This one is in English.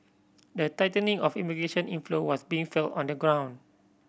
the tightening of immigration inflow was being felt on the ground